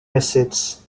acids